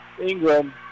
Ingram